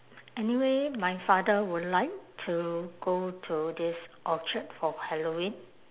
anyway my father would like to go to this orchard for halloween